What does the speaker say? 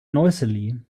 noisily